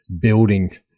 building